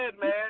man